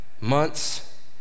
months